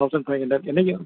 thousand five hundred என்னைக்கு